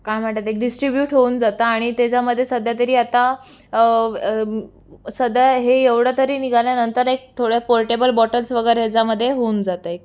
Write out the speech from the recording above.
काय म्हणतात ते डिस्ट्रिब्युट होऊन जातं आणि त्याच्यामध्ये सध्या तरी आता सध्या हे एवढं तरी निघाल्यानंतर एक थोड्या पोर्टेबल बॉटल्स वगैरे ह्याच्यामध्ये होऊन जातं एक